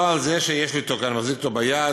נוהל זה, שיש לי אותו כאן, אני מחזיק אותו ביד,